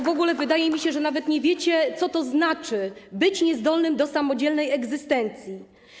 W ogóle wydaje mi się, że nawet nie wiecie, co to znaczy być niezdolnym do samodzielnej egzystencji.